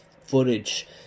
footage